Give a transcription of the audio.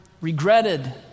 regretted